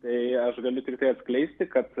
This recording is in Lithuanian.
tai aš galiu tiktai atskleisti kad